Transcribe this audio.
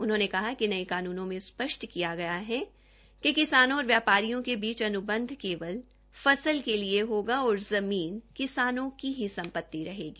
उन्होंने कहा कि नये कानूनों में स्पष्ट किया गया है कि किसानों और व्यापारियों के बीच अन्वंध केवल फसल के लिए होगा और ज़मीन किसानों की ही सम्पति रहेगी